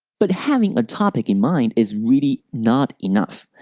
but having a topic in mind is really not enough.